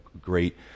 great